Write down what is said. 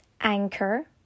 Anchor